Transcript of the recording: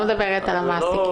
לא על המעסיקים.